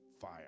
fire